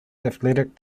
athletic